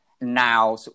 now